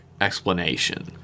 explanation